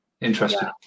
interesting